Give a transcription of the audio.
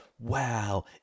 wow